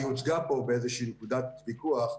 והיא הוצגה פה באיזושהי נקודת ויכוח,